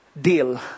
deal